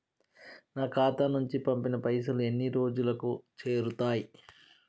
నా ఖాతా నుంచి పంపిన పైసలు ఎన్ని రోజులకు చేరుతయ్?